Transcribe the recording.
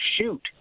shoot